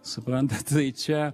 suprantat tai čia